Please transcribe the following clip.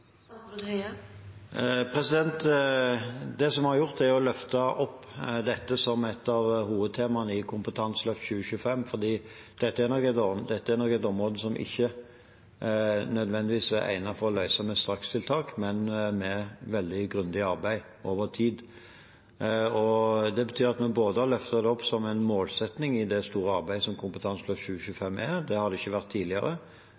Det vi har gjort, er å løfte dette som et av hovedtemaene i Kompetanseløft 2025, for det er nok et område som ikke nødvendigvis er egnet for å løse med strakstiltak, men med veldig grundig arbeid over tid. Det betyr at vi har løftet det som en målsetting i det store arbeidet som Kompetanseløft 2025 er. Det har det ikke vært tidligere.